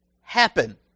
happen